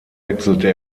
wechselte